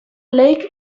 lake